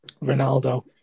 Ronaldo